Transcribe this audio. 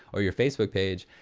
or your facebook page,